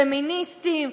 פמיניסטיים,